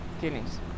killings